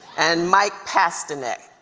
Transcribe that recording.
and mike pasternak.